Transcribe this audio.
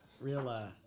real